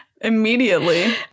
immediately